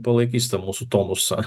palaikys tą mūsų tonusą